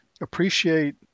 appreciate